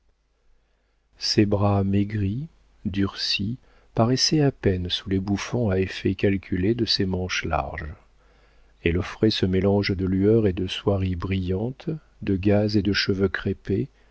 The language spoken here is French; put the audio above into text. ses bras maigris durcis paraissaient à peine sous les bouffants à effets calculés de ses manches larges elle offrait ce mélange de lueurs et de soieries brillantes de gaze et de cheveux crêpés